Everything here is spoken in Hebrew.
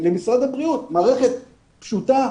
זו מערכת פשוטה,